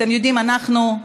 אתם יודעים, אנחנו,